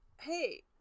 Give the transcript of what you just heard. Hey